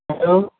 hello